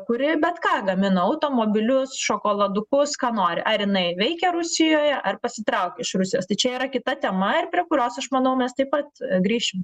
kuri bet ką gamina automobilius šokoladukus ką nori ar jinai veikia rusijoje ar pasitraukia iš rusijos tai čia yra kita tema ir prie kurios aš manau mes taip pat grįšim